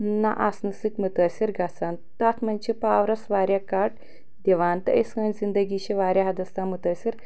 نہ آسنہٕ سۭتۍ مُتٲثر گژھان تتھ منٛز چھِ پاورس واریاہ کٹ دِوان تہٕ أسۍ سٲنۍ زندگی چھِ واریاہ حدس تام مُتٲثر